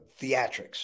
theatrics